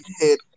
hit